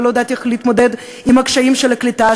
ולא ידעתי איך להתמודד עם הקשיים של הקליטה,